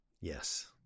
Yes